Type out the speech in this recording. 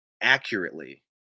accurately